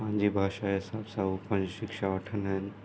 पंहिंजी भाषा जे हिसाब सां हूं पंहिंजी शिक्षा वठंदा आहिनि